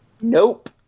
Nope